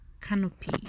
canopy